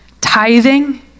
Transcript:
tithing